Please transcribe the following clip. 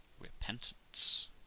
repentance